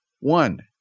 one